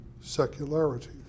secularity